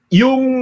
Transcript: yung